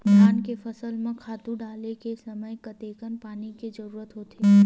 धान के फसल म खातु डाले के समय कतेकन पानी के जरूरत होथे?